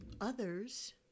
others